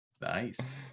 Nice